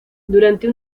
durante